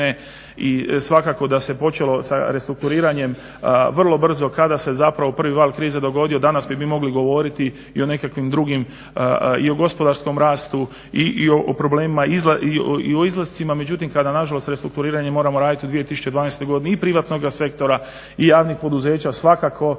i svakako da se počelo sa restrukturiranjem vrlo brzo, kada se zapravo prvi val krize dogodio danas bismo mi mogli govoriti i o nekakvim drugim i o gospodarskom rastu i o problemima, i o izlascima. Međutim, kada na žalost restrukturiranje moramo raditi u 2012. godini i privatnoga sektora i javnih poduzeća svakako da su u